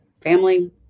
family